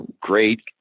great